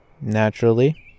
Naturally